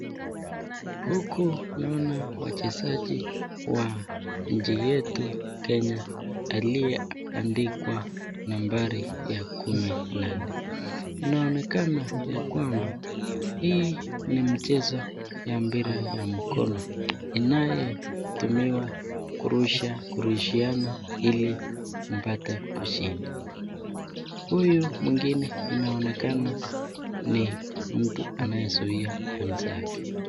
Huku naona wachezaji wa nchi yetu Kenya aliyeandikwa nambari ya kumi na nne. Inaonekana ya kwamba hii ni mchezo ya mpira ya mkono. Inayetumiwa kurusha kurushiana ili mpate kushinda. Huyu mwingine inaonekana ni mtu anayezuia wenzake.